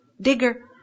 Digger